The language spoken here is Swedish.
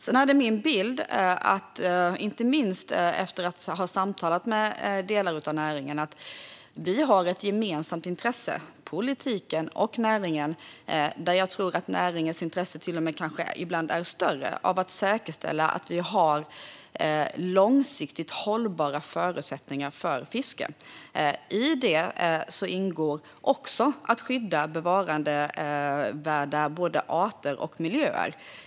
Sedan är det min bild, inte minst efter att ha samtalat med delar av näringen, att politiken och näringen har ett gemensamt intresse. Jag tror att näringens intresse av att säkerställa långsiktigt hållbara förutsättningar för fisket ibland till och med är större. I detta ingår också att skydda bevarandevärda både arter och miljöer.